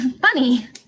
Funny